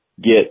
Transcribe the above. get